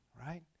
right